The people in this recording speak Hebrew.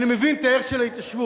אני מבין את הערך של ההתיישבות.